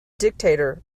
dictator